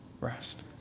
Rest